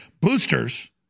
boosters